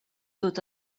tot